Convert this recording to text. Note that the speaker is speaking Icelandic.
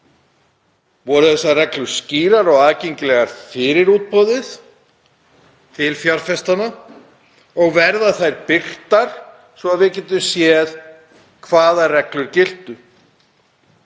Voru þessar reglur skýrar og aðgengilegar fyrir útboðið til fjárfestanna og verða þær birtar svo við getum séð hvaða reglur giltu?